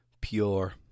pure